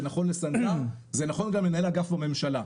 זה נכון לסנדלר זה נכון למנהל אגף בממשלה,